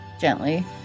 Gently